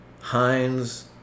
Heinz